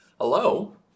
Hello